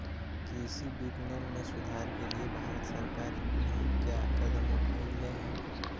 कृषि विपणन में सुधार के लिए भारत सरकार नहीं क्या कदम उठैले हैय?